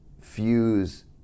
fuse